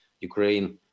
ukraine